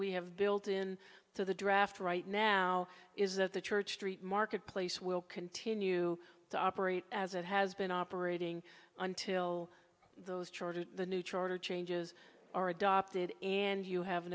we have built in to the draft right now is that the church street marketplace will continue to operate as it has been operating until those charter the new charter changes are adopted and you have